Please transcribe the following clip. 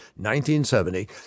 1970